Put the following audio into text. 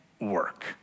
work